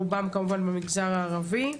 רובם כמובן במגזר הערבי,